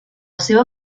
seva